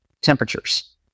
temperatures